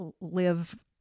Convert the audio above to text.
live